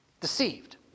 Deceived